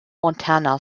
montana